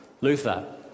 Luther